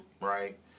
right